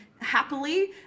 happily